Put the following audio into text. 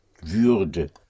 Würde